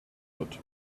wird